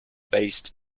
based